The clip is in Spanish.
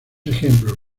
ejemplo